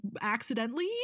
accidentally